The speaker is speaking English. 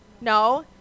No